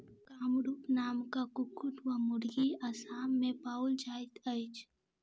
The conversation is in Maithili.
कामरूप नामक कुक्कुट वा मुर्गी असाम मे पाओल जाइत अछि